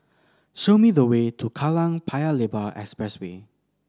show me the way to Kallang Paya Lebar Expressway